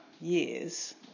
years